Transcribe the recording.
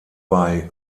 bei